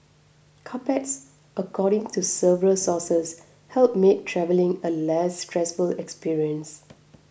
carpets according to several sources help make travelling a less stressful experience